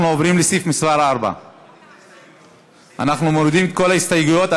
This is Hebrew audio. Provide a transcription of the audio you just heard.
אנחנו עוברים לסעיף מס' 4. מורידים את כל ההסתייגויות.